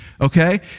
okay